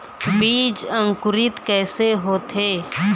बीज अंकुरित कैसे होथे?